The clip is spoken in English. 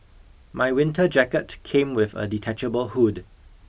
my winter jacket came with a detachable hood